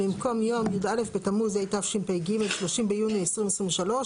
במקום "יום י"א בתמוז התשפ"ג (30 ביוני 2023)"